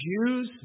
Jews